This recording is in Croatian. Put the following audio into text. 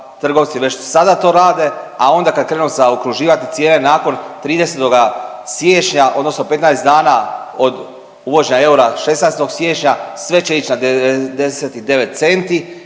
trgovci to već sada to rade, a onda kad krenu zaokruživati cijene nakon 30. siječnja odnosno 15 dana od uvođenja eura 16. siječnja sve će ići na 99 centi